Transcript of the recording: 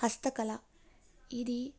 హస్తకళ ఇది